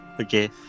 Okay